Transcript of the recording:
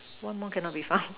one more cannot be found